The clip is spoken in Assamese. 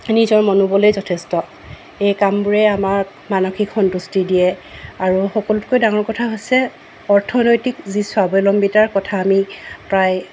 নিজৰ মনোবলেই যথেষ্ট এই কামবোৰে আমাক মানসিক সন্তুষ্টি দিয়ে আৰু সকলোতকৈ ডাঙৰ কথা হৈছে অৰ্থনৈতিক যি স্বাৱলম্বিতাৰ কথা আমি প্ৰায়